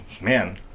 man